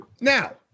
Now